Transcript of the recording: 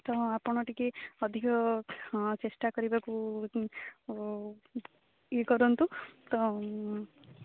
ତ ଆପଣ ଟିକେ ଅଧିକ ଚେଷ୍ଟା କରିବାକୁ ଇଏ କରନ୍ତୁ ତ